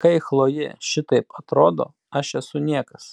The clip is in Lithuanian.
kai chlojė šitaip atrodo aš esu niekas